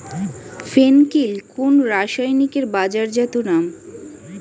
ফেন কিল কোন রাসায়নিকের বাজারজাত নাম?